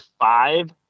five